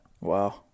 Wow